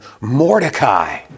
Mordecai